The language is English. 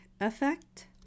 effect